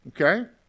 okay